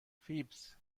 فیبز